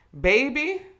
Baby